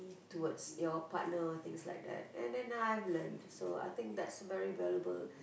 towards your partner things like that and then now I've learnt I think that's very valuable